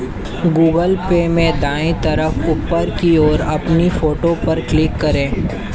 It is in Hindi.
गूगल पे में दाएं तरफ ऊपर की ओर अपनी फोटो पर क्लिक करें